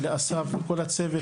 לאסף ולכל הצוות,